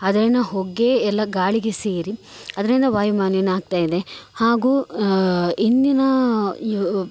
ಅದೇನೊ ಹೊಗೆ ಎಲ್ಲ ಗಾಳಿಗೆ ಸೇರಿ ಅದರಿಂದ ವಾಯು ಮಾಲಿನ್ಯ ಆಗ್ತಾಯಿದೆ ಹಾಗೂ ಇಂದಿನ ಯು